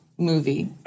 movie